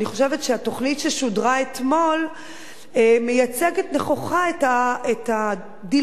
אני חושבת שהתוכנית ששודרה אתמול מייצגת נכוחה את הדילמות,